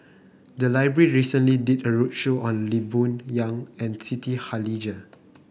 the library recently did a roadshow on Lee Boon Yang and Siti Khalijah